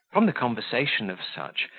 from the conversation of such,